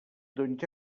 doncs